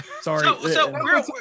Sorry